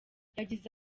yagize